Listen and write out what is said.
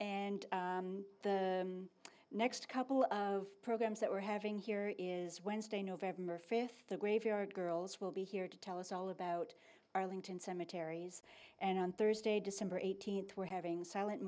the next couple of programs that we're having here is wednesday november fifth the graveyard girls will be here to tell us all about arlington cemetery and on thursday december eighteenth we're having silent